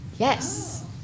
Yes